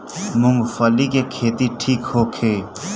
मूँगफली के खेती ठीक होखे?